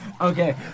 Okay